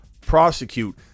prosecute